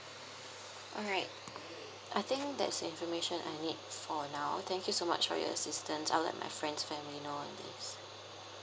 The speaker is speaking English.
alright I think that's an information I need for now thank you so much for your assistance I'll let my friend's family know all these